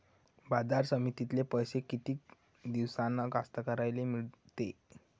बाजार समितीतले पैशे किती दिवसानं कास्तकाराइले मिळते?